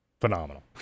Phenomenal